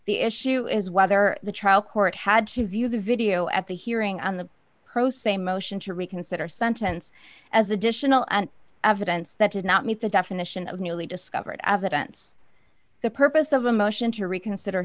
the issue is whether the trial court had to view the video at the hearing on the pro se motion to reconsider sentence as additional and evidence that did not meet the definition of newly discovered evidence the purpose of a motion to reconsider